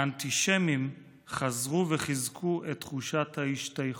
האנטישמים חזרו וחיזקו את תחושת ההשתייכות.